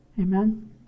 Amen